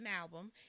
album